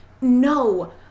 No